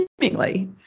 seemingly